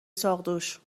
ساقدوش